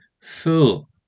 full